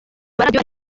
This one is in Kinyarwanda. maradiyo